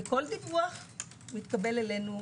וכל דיווח מתקבל אלינו.